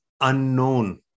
unknown